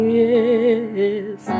yes